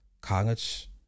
college